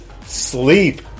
sleep